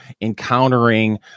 encountering